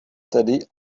tedy